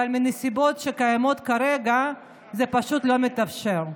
אבל בנסיבות שקיימות כרגע, זה פשוט לא מתאפשר.